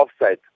offside